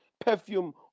perfume